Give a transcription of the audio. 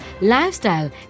lifestyle